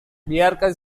biarkan